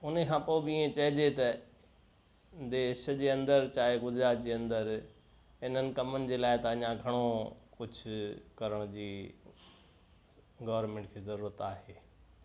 उनखां पोइ बि हीअ चइजे त देश जे अंदरि चाहे गुजरात जे अंदरि इन्हनि कमनि जे लाइ त अञा घणो कुझु करण जी गोर्मेंट खे जरूअत आहे